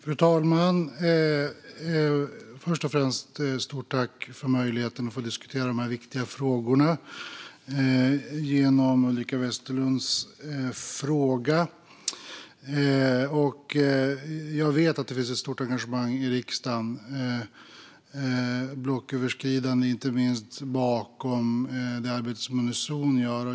Fru talman! Först vill jag säga ett stort tack för möjligheten att diskutera de här viktiga frågorna genom Ulrika Westerlunds interpellation. Jag vet att det finns ett stort och inte minst blocköverskridande engagemang i riksdagen för det arbete som Unizon gör.